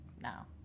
now